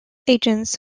agents